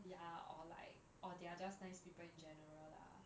ya or like or they're just nice people in general lah